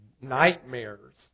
nightmares